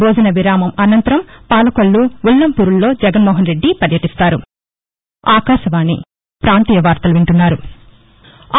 భోజన విరామానంతరం పాలకొల్లు ఉల్లంపూరులలో జగన్మోహన్రెడ్డి పర్యటిస్తారు